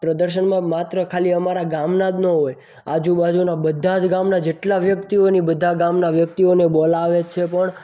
આ પ્રદર્શનમાં માત્ર ખાલી અમારા ગામના જ ન હોય આજુબાજુના બધા જ ગામના જેટલા વ્યક્તિઓની બધા ગામના વ્યક્તિઓને બોલાવે છે પણ